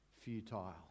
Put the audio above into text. futile